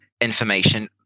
information